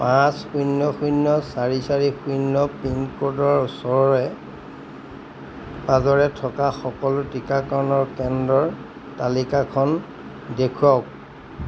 পাঁচ শূন্য শূন্য চাৰি চাৰি শূন্য পিন ক'ডৰ ওচৰে পাঁজৰে থকা সকলো টীকাকৰণৰ কেন্দ্ৰৰ তালিকাখন দেখুৱাওক